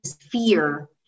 fear